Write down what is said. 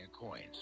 Coins